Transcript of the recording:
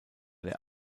der